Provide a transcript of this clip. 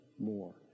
more